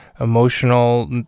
emotional